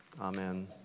Amen